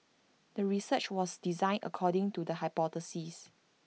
the research was designed according to the hypothesis